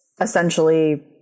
essentially